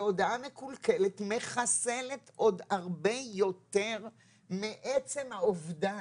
והודעה מקולקלת מחסלת עוד הרבה יותר מעצם האובדן.